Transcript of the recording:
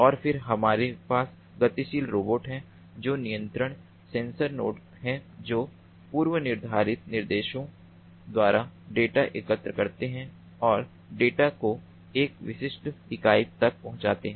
और फिर हमारे पास गतिशील रोबोट हैं जो नियंत्रणीय सेंसर नोड हैं जो पूर्व निर्धारित निर्देशों द्वारा डेटा एकत्र करते हैं और डेटा को एक विशिष्ट इकाई तक पहुंचाते हैं